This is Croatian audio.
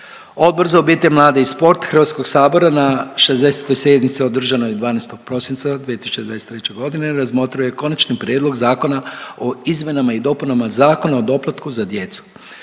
Odbor za obitelj, mlade i sport HS na 60. sjednici održanoj 12. prosinca 2023.g. razmotrio je Konačni prijedlog zakona o izmjenama i dopunama Zakona o doplatku za djecu,